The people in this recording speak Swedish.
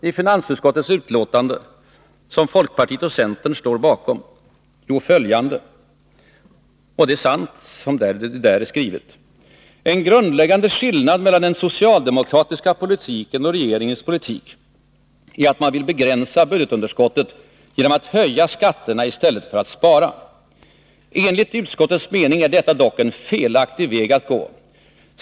I finansutskottets betänkande, som folkpartiet och centern står bakom, kan man läsa följande — och det är sant det som där är skrivet: ”En grundläggande skillnad mellan den socialdemokratiska politiken och regeringens politik är att man vill begränsa budgetunderskottet genom att höja skatterna i stället för att spara. Enligt utskottets mening är detta dock en felaktig väg att gå.